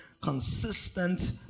consistent